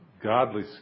godly